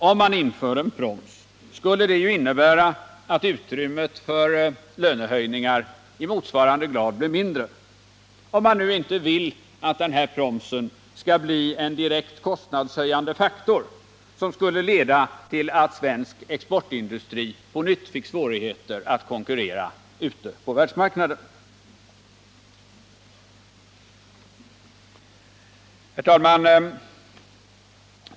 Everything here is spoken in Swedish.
Om man införde en proms skulle det ju innebära att utrymmet för lönehöjningar i motsvarande grad blev mindre, om man inte vill att promsen skall bli en direkt kostnadshöjande faktor, som skulle leda till att svensk exportindustri på nytt fick svårigheter att konkurrera ute på världsmarknaden. Herr talman!